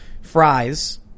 fries